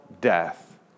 death